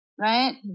right